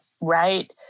right